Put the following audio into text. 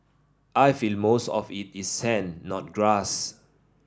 I feel most of it is sand not grass